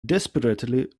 desperately